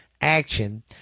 action